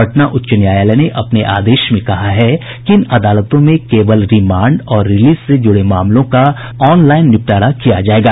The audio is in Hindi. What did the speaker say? पटना उच्च न्यायालय ने अपने आदेश में कहा है कि इन अदालतों में केवल रिमांड और रिलीज से जुड़े मामलों का ऑनलाइन निपटारा किया जाएगा